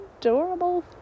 adorable